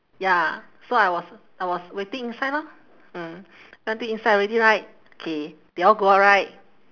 ya so I was I was waiting inside lor mm waiting inside already right K they all go out right